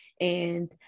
and-